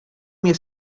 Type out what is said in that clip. mnie